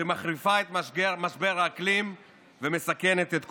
שמחריפה את משבר האקלים ומסכנת את כולנו.